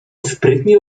sprytnie